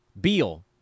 Beal